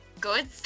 good